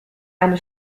eine